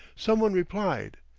some one replied,